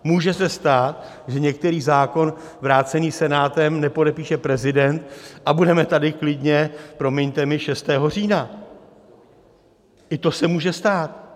Může se stát, že některý zákon vrácený Senátem nepodepíše prezident a budeme tady klidně, promiňte mi, 6. října, i to se může stát.